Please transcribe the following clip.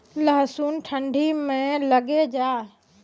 लहसुन ठंडी मे लगे जा?